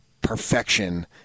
perfection